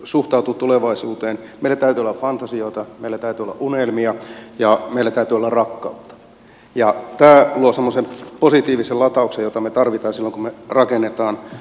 meillä täytyy olla fantasioita meillä täytyy olla unelmia ja meillä täytyy olla rakkautta ja tämä luo semmoisen positiivisen latauksen jota me tarvitsemme silloin kun me rakennamme tulevaisuutta